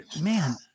Man